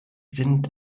sind